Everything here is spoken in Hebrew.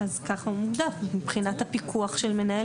ככה הוא מוגדר מבחינת הפיקוח של מנהל